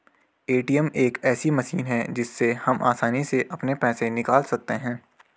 ATM एक ऐसी machine है जिससे हम आसानी से अपने पैसे निकाल सकते हैं